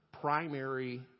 primary